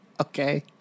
Okay